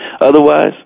Otherwise